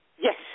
Yes